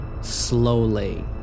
slowly